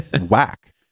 whack